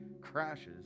crashes